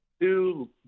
two